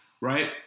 Right